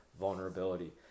vulnerability